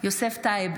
יוסף טייב,